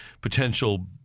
potential